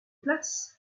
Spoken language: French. places